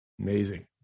Amazing